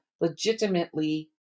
legitimately